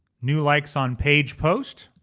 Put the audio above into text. new likes on page post,